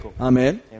Amen